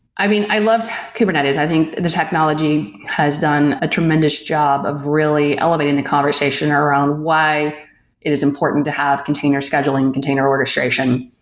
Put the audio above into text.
i mean, i love kubernetes. i think the technology has done a tremendous job of really elevating the conversation around why it is important to have container scheduling, container orchestration.